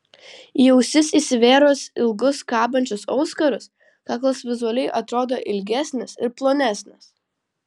į ausis įsivėrus ilgus kabančius auskarus kaklas vizualiai atrodo ilgesnis ir plonesnis